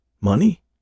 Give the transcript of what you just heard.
Money